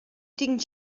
tinc